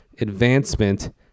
advancement